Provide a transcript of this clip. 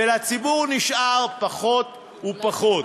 ולציבור נשאר פחות ופחות.